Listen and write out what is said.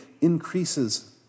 increases